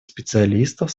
специалистов